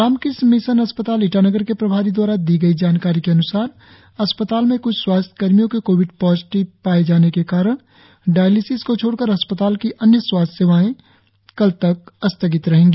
Ramakrishna mission अस्पताल ईटानगर के प्रभारी दवारा दी गई जानकारी के अनुसार अस्पताल में कुछ स्वास्थ्य कर्मियों के कोविड पॉजिटिव पाए जाने के कारण डायलिसिस को छोड़कर अस्पताल की अन्य स्वास्थ्य सेवाएं कलतक स्थगित रहेगी